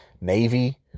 Navy